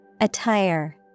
Attire